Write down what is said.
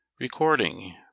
Recording